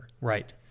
Right